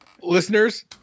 Listeners